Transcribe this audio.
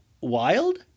wild